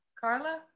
Carla